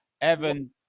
Evan